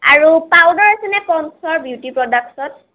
আৰু পাউদাৰ আছেনে প'ণ্ডচৰ বিউটি প্ৰডাক্টচত